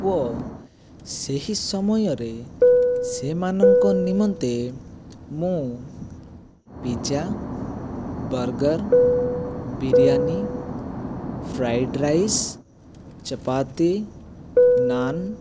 ୱ ସେହି ସମୟରେ ସେମାନଙ୍କ ନିମନ୍ତେ ମୁଁ pizza burger biryani fried rice chapati naan